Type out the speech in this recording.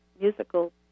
musical